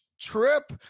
trip